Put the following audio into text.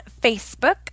Facebook